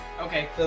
Okay